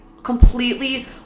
completely